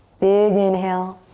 big inhale.